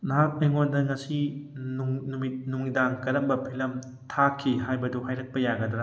ꯅꯍꯥꯛ ꯑꯩꯉꯣꯟꯗ ꯉꯁꯤ ꯅꯨꯃꯤꯗꯥꯡ ꯀꯔꯝꯕ ꯐꯤꯂꯝ ꯊꯥꯈꯤ ꯍꯥꯏꯕꯗꯨ ꯍꯥꯏꯔꯛꯄ ꯌꯥꯒꯗ꯭ꯔꯥ